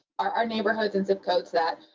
our neighborhoods and zip codes that